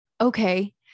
okay